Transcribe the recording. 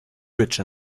rich